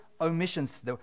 omissions